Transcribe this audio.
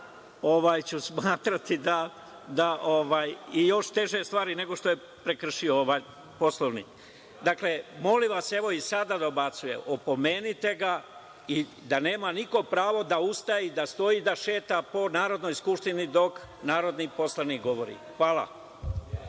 ću smatrati da još teže stvari prekršio. Dakle, molim vas, evo i sada dobacuje, opomenite ga i recite da nema niko pravo da ustane, da stoji i da šeta po Narodnoj skupštini dok narodni poslanik govori. Hvala.